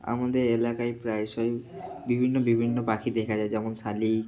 আমাদের এলাকায় প্রায়শই বিভিন্ন বিভিন্ন পাখি দেখা যায় যেমন শালিখ